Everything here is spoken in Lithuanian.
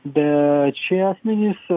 bet šie asmenys